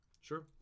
Sure